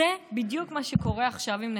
זה בדיוק מה שקורה עכשיו עם נתניהו.